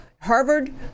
Harvard